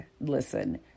listen